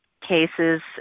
cases